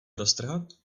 roztrhat